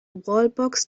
wallbox